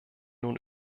nun